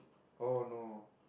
oh no